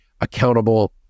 accountable